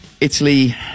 Italy